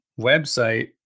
website